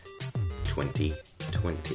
2020